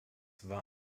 war